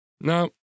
Now